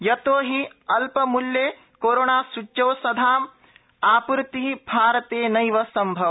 यतोहि अल मूल्ये कोरोणा सूच्यौषधानां आ ूर्तिः भारतेनैव सम्भवा